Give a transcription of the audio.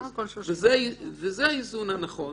וזה האיזון הנכון.